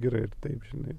gerai ir taip žinai